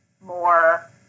more